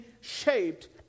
shaped